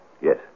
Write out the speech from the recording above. Yes